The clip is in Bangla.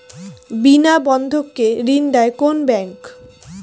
বিনা বন্ধক কে ঋণ দেয় কোন ব্যাংক?